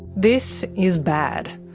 this is bad.